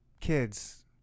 kids